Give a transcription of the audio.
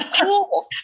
cool